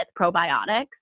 probiotics